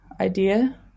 idea